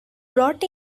brought